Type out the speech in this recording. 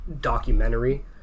Documentary